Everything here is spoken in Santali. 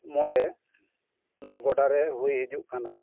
ᱢᱚᱬᱮ ᱱᱚᱣᱟ ᱜᱚᱰᱟ ᱨᱮ ᱦᱩᱭ ᱦᱤᱡᱩᱜ ᱠᱟᱱᱟ